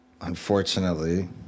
Unfortunately